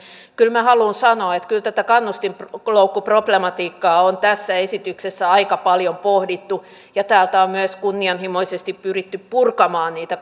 kyllä minä haluan sanoa että kyllä tätä kannustinloukkuproblematiikkaa on tässä esityksessä aika paljon pohdittu ja täällä on myös kunnianhimoisesti pyritty purkamaan niitä